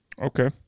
Okay